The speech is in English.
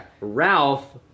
Ralph